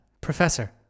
Professor